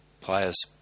players